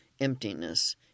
emptiness